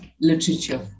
literature